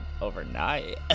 overnight